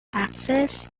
access